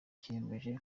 cyiyemeje